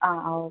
ആ ആ ഓക്കെ